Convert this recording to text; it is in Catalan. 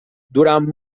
durant